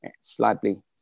slightly